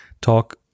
talk